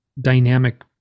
dynamic